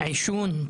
עישון,